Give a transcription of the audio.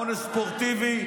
עונש ספורטיבי,